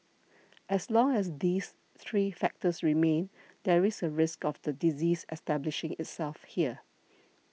as long as these three factors remain there is a risk of the disease establishing itself here